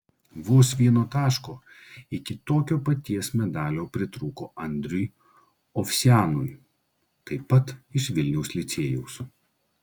vos vieno taško iki tokio paties medalio pritrūko andriui ovsianui taip pat iš vilniaus licėjaus